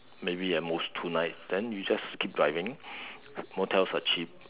maybe at most two nights then you just keep driving motels are cheap